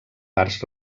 parts